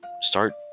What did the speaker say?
start